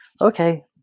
okay